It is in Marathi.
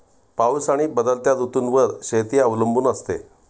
पाऊस आणि बदलत्या ऋतूंवर शेती अवलंबून असते